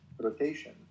rotation